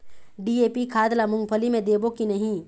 DAP खाद P मुंगफली मे देबो की नहीं?